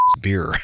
Beer